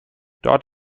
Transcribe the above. dort